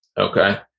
Okay